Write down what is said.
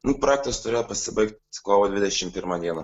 nu projektas turėjo pasibaigt kovo dvidešim pirmą dieną